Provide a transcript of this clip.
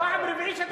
פעם רביעית שאתה מספר.